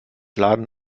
ladens